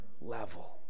level